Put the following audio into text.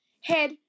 Head